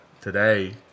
today